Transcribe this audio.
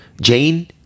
Jane